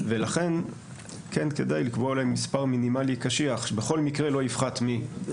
לכן כן כדאי לקבוע אולי מספר מינימלי קשיח שבכל מקרה לא יפחת מ --- זה